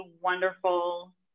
wonderful